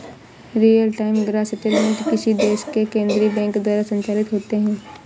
real time gross settlement किसी देश के केन्द्रीय बैंक द्वारा संचालित होते हैं